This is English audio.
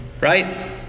Right